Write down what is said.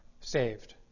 saved